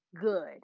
good